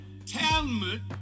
Talmud